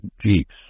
Jeeps